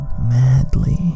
madly